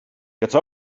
jetzt